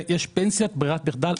יש פנסיית ברירת מחדל,